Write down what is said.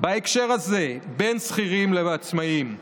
בהקשר הזה בין שכירים לעצמאים.